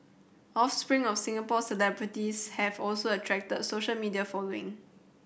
offspring of Singapore celebrities have also attracted social media following